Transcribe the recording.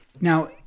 Now